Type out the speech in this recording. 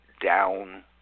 down